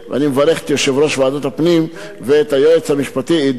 אני מברך את יושב-ראש ועדת הפנים ואת היועץ המשפטי עידו,